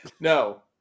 No